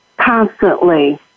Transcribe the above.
constantly